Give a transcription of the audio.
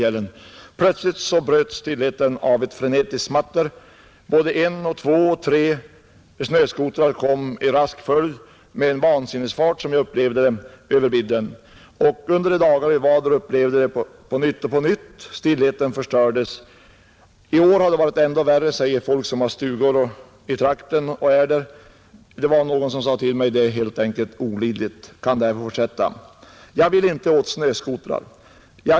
Men plötsligt bröts stillheten av ett frenetiskt smatter från tre snöskotrar, som i vansinnesfart — som jag upplevde det — kom körande i rask följd över vidden. Under de dagar jag var där uppe upplevde jag om och om igen att stillheten bröts på detta sätt. I år har det varit ännu värre, säger människor som har stugor i trakten. Någon sade till mig: Det är olidligt! Kan detta verkligen få fortsätta? Jag vill inte åt snöskotrarna.